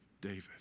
David